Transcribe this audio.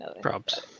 Props